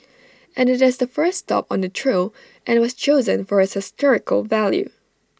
and IT is the first stop on the trail and was chosen for its historical value